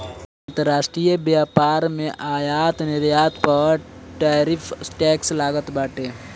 अंतरराष्ट्रीय व्यापार में आयात निर्यात पअ टैरिफ टैक्स लागत बाटे